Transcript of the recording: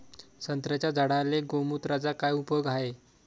संत्र्याच्या झाडांले गोमूत्राचा काय उपयोग हाये?